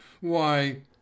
Why—